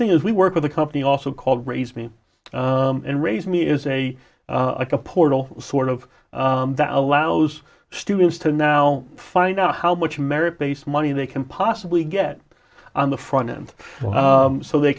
thing is we work with a company also called raise me and raise me is a like a portal sort of that allows students to now find out how much merit based money they can possibly get on the front end so they